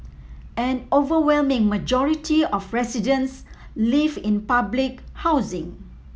an overwhelming majority of residents live in public housing